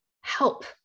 help